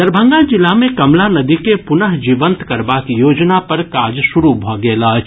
दरभंगा जिला मे कमला नदी के पुनः जीवंत करबाक योजना पर काज शुरू भऽ गेल अछि